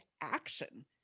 action